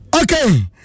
Okay